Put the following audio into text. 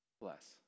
Bless